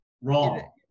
wrong